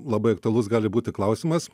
labai aktualus gali būti klausimas